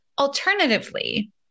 Alternatively